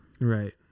Right